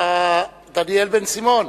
דניאל בן-סימון,